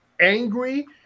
angry